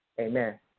Amen